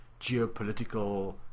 geopolitical